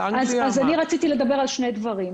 אני רציתי לדבר על שני דברים.